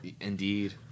Indeed